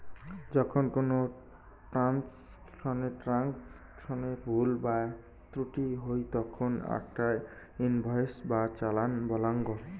যখন কোনো ট্রান্সাকশনে ভুল বা ত্রুটি হই তখন আকটা ইনভয়েস বা চালান বলাঙ্গ